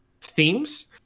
themes